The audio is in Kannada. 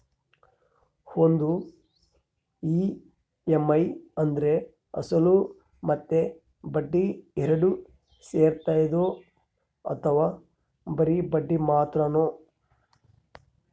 ಒಂದು ಇ.ಎಮ್.ಐ ಅಂದ್ರೆ ಅಸಲು ಮತ್ತೆ ಬಡ್ಡಿ ಎರಡು ಸೇರಿರ್ತದೋ ಅಥವಾ ಬರಿ ಬಡ್ಡಿ ಮಾತ್ರನೋ?